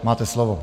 Máte slovo.